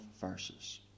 verses